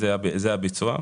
זה הביצוע.